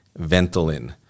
Ventolin